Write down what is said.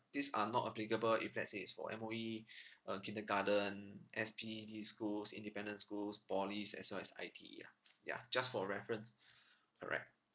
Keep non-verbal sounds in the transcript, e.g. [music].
these are not applicable if let's say it's for M_O_E [breath] uh kindergarten S_P_E_D schools independent schools polys as well as I_T_E ah ya just for reference [breath] alright